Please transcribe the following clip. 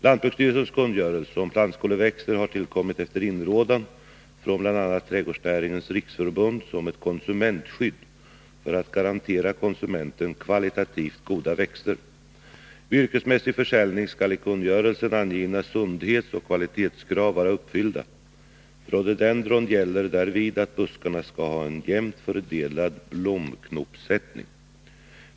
Lantbruksstyrelsens kungörelse om plantskoleväxter har tillkommit efter inrådan från bl.a. Trädgårdsnäringens riksförbund som ett konsumentskydd för att garantera konsumenten kvalitativt goda växter. Vid yrkesmässig försäljning skall i kungörelsen angivna sundhetsoch kvalitetskrav vara uppfyllda. För rhododendron gäller därvid att buskarna skall ha en jämnt fördelad blomknoppssättning.